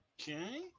Okay